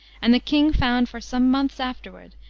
and the king found, for some months afterward,